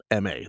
MA